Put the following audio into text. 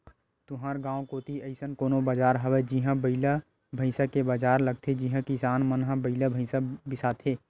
तुँहर गाँव कोती अइसन कोनो बजार हवय जिहां बइला भइसा के बजार लगथे जिहां किसान मन ह बइला भइसा बिसाथे